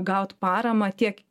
gaut paramą tiek